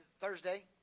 Thursday